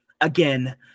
Again